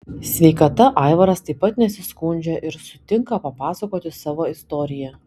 sveikata aivaras taip pat nesiskundžia ir sutinka papasakoti savo istoriją